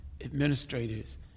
administrators